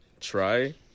try